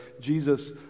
Jesus